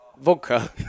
Vodka